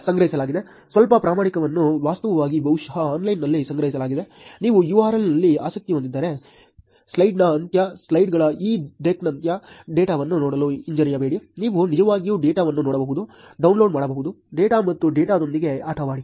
ಸ್ವಲ್ಪ ಪ್ರಮಾಣವನ್ನು ವಾಸ್ತವವಾಗಿ ಬಹುಶಃ ಆನ್ಲೈನ್ನಲ್ಲಿ ಸಂಗ್ರಹಿಸಲಾಗಿದೆ ನೀವು URL ನಲ್ಲಿ ಆಸಕ್ತಿ ಹೊಂದಿದ್ದರೆ ಸ್ಲೈಡ್ನ ಅಂತ್ಯ ಸ್ಲೈಡ್ಗಳ ಈ ಡೆಕ್ನ ಅಂತ್ಯ ಡೇಟಾವನ್ನು ನೋಡಲು ಹಿಂಜರಿಯಬೇಡಿ ನೀವು ನಿಜವಾಗಿಯೂ ಡೇಟಾವನ್ನು ನೋಡಬಹುದು ಡೌನ್ಲೋಡ್ ಮಾಡಬಹುದು ಡೇಟಾ ಮತ್ತು ಡೇಟಾದೊಂದಿಗೆ ಆಟವಾಡಿ